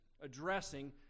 addressing